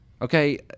Okay